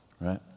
Right